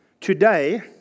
Today